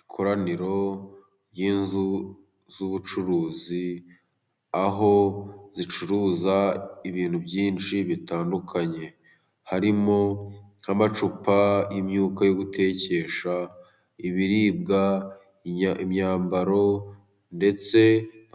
Ikoraniro ry'inzu z'ubucuruzi aho zicuruza ibintu byinshi bitandukanye, harimo n'amacupa y'imyuka yo gutekesha, ibiribwa, imyambaro ndetse